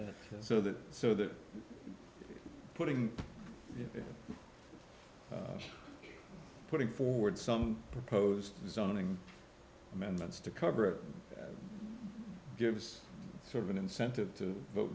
it so that so that putting it putting forward some proposed zoning amendments to cover it gives sort of an incentive to